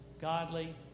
Godly